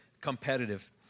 competitive